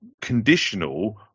conditional